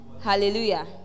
hallelujah